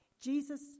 Jesus